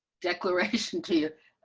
declaration to you.